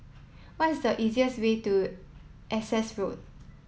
what is the easiest way to Essex Road